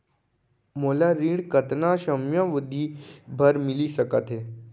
मोला ऋण कतना समयावधि भर मिलिस सकत हे?